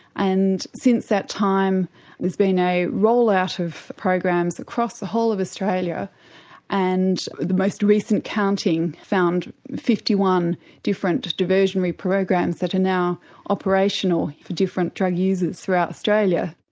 and since that time there's been a roll out of programs across the whole of australia and the most recent counting found fifty one different diversionary programs that are now operational for different drug users throughout australia.